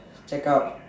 check up